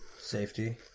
Safety